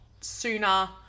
sooner